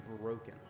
broken